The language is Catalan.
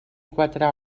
quatre